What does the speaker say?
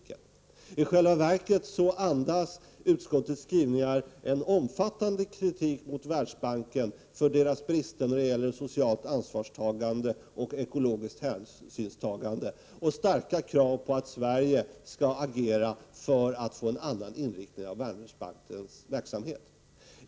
19 april 1989 I själva verket andas utskottets skrivningar en omfattande kritik mot Världsbanken för dess brister när det gäller socialt ansvarstagande och ekologiskt hänsynstagande — och starka krav på att Sverige skall agera för att få en annan inriktning av Världsbankens verksamhet.